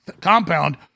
compound